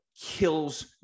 kills